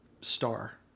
star